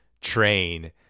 train